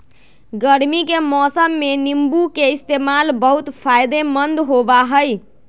गर्मी के मौसम में नीम्बू के इस्तेमाल बहुत फायदेमंद होबा हई